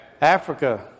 Africa